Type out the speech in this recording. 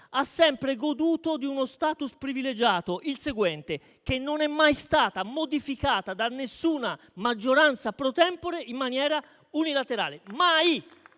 ha sempre goduto di uno *status* privilegiato, ossia il seguente: non è mai stata modificata da nessuna maggioranza *pro tempore* in maniera unilaterale.